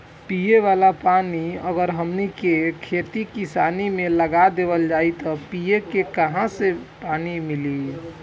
पिए वाला पानी अगर हमनी के खेती किसानी मे लगा देवल जाई त पिए के काहा से पानी मीली